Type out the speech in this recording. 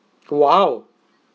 !wow!